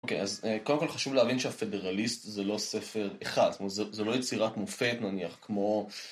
אוקיי, אז קודם כל חשוב להבין שהפדרליסט זה לא ספר אחד, זאת אומרת, זה לא יצירת מופת נניח, כמו...